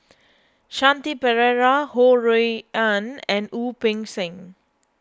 Shanti Pereira Ho Rui An and Wu Peng Seng